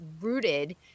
rooted